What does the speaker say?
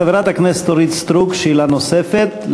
חברת הכנסת אורית סטרוק, שאלה נוספת.